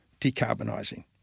decarbonising